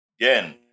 Again